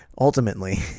Ultimately